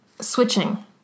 switching